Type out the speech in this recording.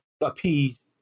appease